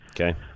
Okay